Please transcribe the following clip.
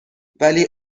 ولی